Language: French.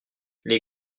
les